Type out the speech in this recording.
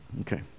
Okay